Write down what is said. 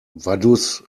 vaduz